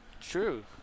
true